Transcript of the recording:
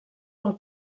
del